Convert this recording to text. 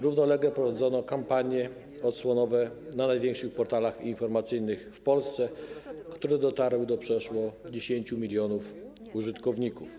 Równolegle prowadzono kampanie odsłonowe w największych portalach informacyjnych w Polsce, które dotarły do przeszło 10 mln użytkowników.